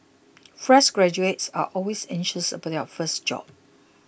fresh graduates are always anxious about their first job